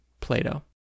Plato